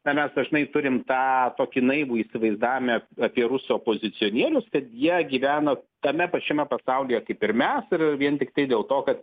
na mes dažnai turim tą tokį naivų įsivaizdavimą apie rusų opozicionierius kad jie gyvena tame pačiame pasaulyje kaip ir mes ir vien tiktai dėl to kad